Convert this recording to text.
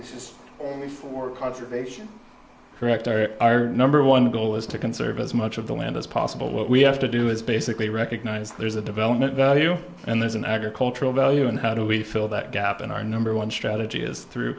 this is for conservation director our number one goal is to conserve as much of the land as possible what we have to do is basically recognize there's a development value and there's an agricultural value and how do we fill that gap in our number one strategy is through